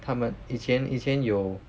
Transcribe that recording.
他们以前以前有